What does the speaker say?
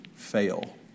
fail